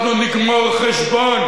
אנחנו נגמור חשבון